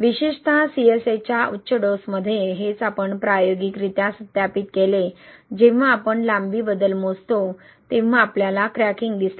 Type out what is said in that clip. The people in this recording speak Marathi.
विशेषत CSA च्या उच्च डोसमध्ये हेच आपण प्रायोगिकरित्या सत्यापित केले जेव्हा आपण लांबी बदल मोजतो तेव्हा आपलयाला क्रॅकिंग दिसले